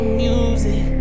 music